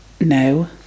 no